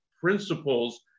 principles